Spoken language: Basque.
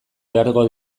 beharko